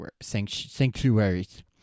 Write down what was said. sanctuaries